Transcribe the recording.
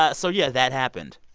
ah so yeah, that happened.